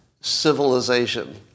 civilization